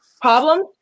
problems